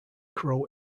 crow